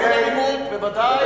אין אלימות, בוודאי.